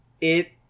it-